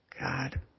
God